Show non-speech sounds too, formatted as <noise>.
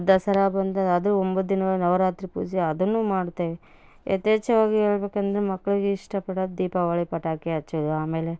ದಸರಾ ಬಂದ ಅದು ಒಂಬತ್ತು ದಿನ <unintelligible> ನವರಾತ್ರಿ ಪೂಜೆ ಅದನ್ನೂ ಮಾಡ್ತೇವೆ ಯಥೇಚ್ಚವಾಗಿ ಹೇಳ್ಬೇಕಂದ್ರೆ ಮಕ್ಳಿಗೆ ಇಷ್ಟಪಡೋದು ದೀಪಾವಳಿ ಪಟಾಕಿ ಹಚ್ಚೋದು ಆಮೇಲೆ